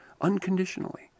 unconditionally